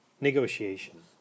Negotiation